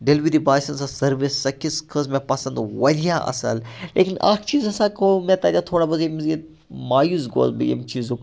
delivery by سٕنٛز ٲس service سۄ کِژھ کھٔژ مےٚ پَسنٛد واریاہ اَصٕل لیکِن اَکھ چیٖز ہَسا گوٚو مےٚ تَتٮ۪تھ تھوڑا بہت یِم یہِ مایوٗس گووُس بہٕ ییٚمہِ چیٖزُک